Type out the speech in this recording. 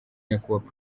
nyakubahwa